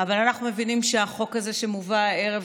אבל אנחנו מבינים שהחוק הזה שמובא הערב